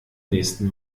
nächsten